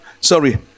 Sorry